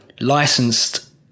licensed